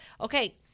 Okay